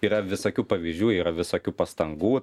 yra visokių pavyzdžių yra visokių pastangų